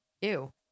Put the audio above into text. Ew